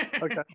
Okay